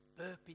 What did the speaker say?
burping